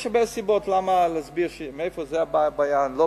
יש הרבה סיבות שמסבירות מאיפה הבעיה, אני לא